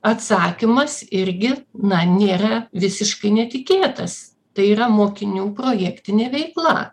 atsakymas irgi na nėra visiškai netikėtas tai yra mokinių projektinė veikla